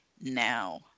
now